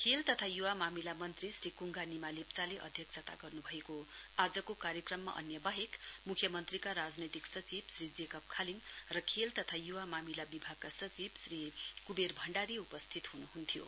खेल तथा युवा मामिला मन्त्री श्री कुङ्गा निमा लेप्चाले अध्यक्षता गर्नु भएको आजको कार्यक्रममा अन्य बाहेक मुख्यमन्त्रीका राजनैतिक सचिव श्री जेकब खालिङ र खेल तथा युवा मामिला विभागका सचिव श्री कुवेर भण्डारी उपस्थित हुनुहुन्थ्यो